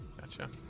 gotcha